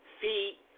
feet